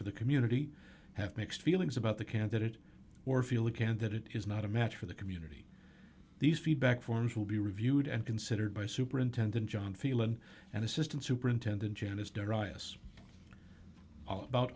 for the community have mixed feelings about the candidate or feel it can that it is not a match for the community these feedback forms will be reviewed and considered by superintendent john feal and an assistant superintendent janice darius a